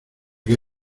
que